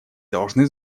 должны